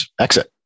exit